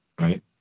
right